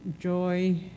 joy